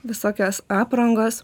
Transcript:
visokios aprangos